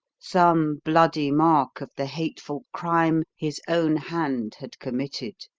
some bloody mark of the hateful crime his own hand had committed.